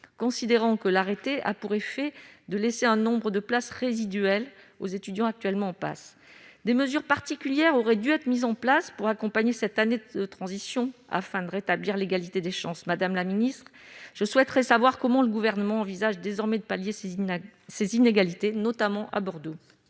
considérant que celui-ci « a pour effet de laisser un nombre de places résiduel » aux étudiants actuellement en PASS. Des mesures particulières auraient dû être mises en place pour accompagner cette année de transition afin de rétablir l'égalité des chances ! Madame la ministre, je souhaiterais savoir comment le Gouvernement envisage désormais de pallier ces inégalités, notamment à Bordeaux.